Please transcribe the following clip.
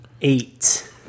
Eight